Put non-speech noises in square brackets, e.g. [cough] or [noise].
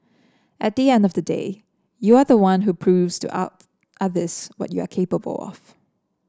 at the end of the day you are the one who proves to [unintelligible] others what you are capable of